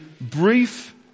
brief